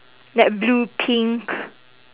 like blue pink